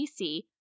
PC